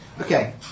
Okay